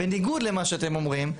בניגוד למה שאתם אומרים,